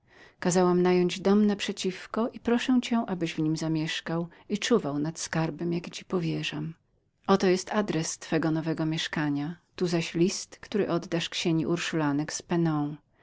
kazałam nająć dom naprzeciwko i proszę cię abyś w nim zamieszkał i czuwał nad skarbem jaki ci powierzam oto jest adress twego nowego pomieszkania tu zaś list który oddasz ksieni urszulinek z peonu